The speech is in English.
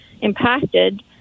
impacted